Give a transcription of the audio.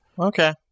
Okay